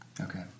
Okay